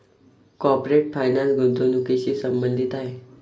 corporate finance गुंतवणुकीशी संबंधित आहे